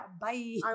bye